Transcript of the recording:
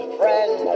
friend